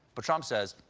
but trump says,